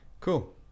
cool